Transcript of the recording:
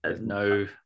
no